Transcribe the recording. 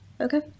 Okay